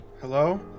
Hello